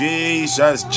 Jesus